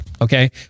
Okay